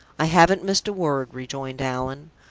i haven't missed a word, rejoined allan.